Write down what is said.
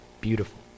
Beautiful